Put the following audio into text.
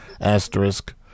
asterisk